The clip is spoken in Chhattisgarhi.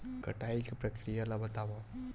कटाई के प्रक्रिया ला बतावव?